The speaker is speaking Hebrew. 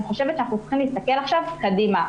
אני חושבת שאנחנו צריכים להסתכל עכשיו קדימה.